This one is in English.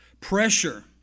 pressure